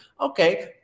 Okay